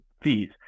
fees